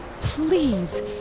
Please